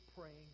praying